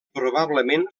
probablement